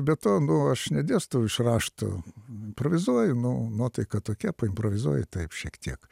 be tonu aš nedėstau iš raštų improvizuoju nu nuotaika tokia improvizuoju taip šiek tiek